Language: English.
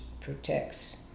protects